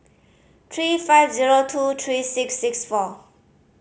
three five zero two three six six four